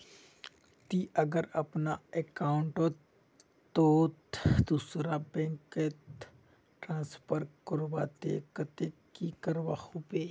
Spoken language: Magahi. ती अगर अपना अकाउंट तोत दूसरा बैंक कतेक ट्रांसफर करबो ते कतेक की करवा होबे बे?